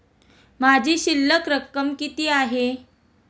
माझी शिल्लक रक्कम किती आहे?